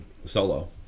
solo